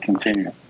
continue